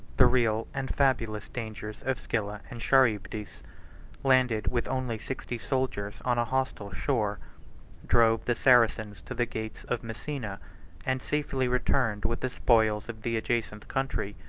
the real and fabulous dangers of scylla and charybdis landed with only sixty soldiers on a hostile shore drove the saracens to the gates of messina and safely returned with the spoils of the adjacent country.